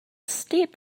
steep